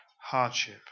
hardship